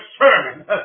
sermon